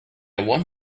want